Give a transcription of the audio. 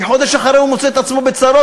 כי חודש אחרי הוא מוצא את עצמו בצרות.